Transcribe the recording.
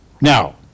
now